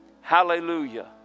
Hallelujah